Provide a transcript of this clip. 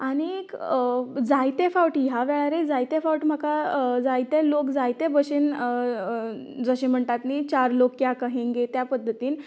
आनीक जायते फावटी ह्या वेळारय जायते फावट म्हाका जायते लोक जायते भशेन जशें म्हणटात चार लोक क्या कहेंगे त्या पद्दतीन